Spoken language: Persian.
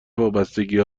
وابستگی